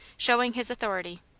showing his authority.